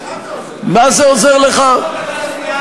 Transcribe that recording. מה זה עוזר לך, זה חשוב לי.